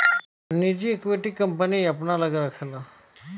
निजी equity, company अपना लग्गे राखेला